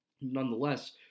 Nonetheless